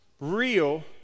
real